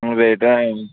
అది ఏంటో